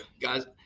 guys